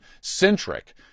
centric